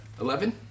Eleven